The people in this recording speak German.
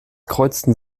kreuzten